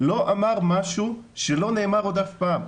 לא אמר משהו שלא נאמר אף פעם.